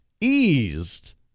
Eased